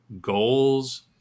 goals